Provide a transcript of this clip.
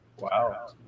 Wow